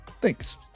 Thanks